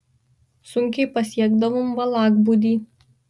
sunkiai pasiekdavom valakbūdį